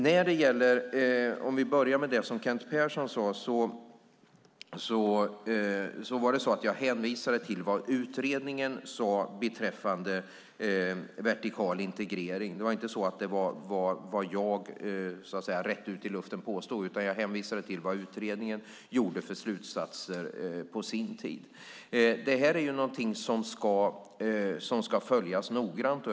För att sedan börja med det Kent Persson tog upp: Jag hänvisade till vad utredningen sade beträffande vertikal integrering. Det var alltså inte vad jag påstod rätt ut i luften, utan jag hänvisade till de slutsatser som utredningen kom fram till på sin tid. Detta är något som ska följas noggrant.